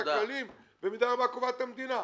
ואת הכללים במידה רבה קובעת המדינה.